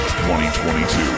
2022